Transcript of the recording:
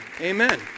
Amen